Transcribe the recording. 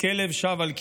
"ככלב שב על קֵאו,